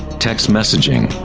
text messaging.